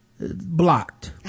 Blocked